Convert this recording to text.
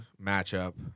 matchup